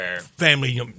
family